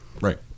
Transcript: right